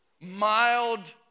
mild